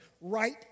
right